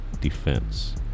defense